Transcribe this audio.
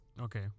Okay